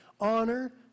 honor